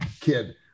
kid